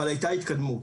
אבל הייתה התקדמות.